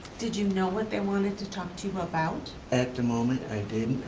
did you know what they wanted to talk to you about? at the moment i didn't.